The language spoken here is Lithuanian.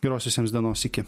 geros visiems dienos iki